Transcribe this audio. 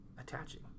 attaching